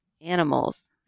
animals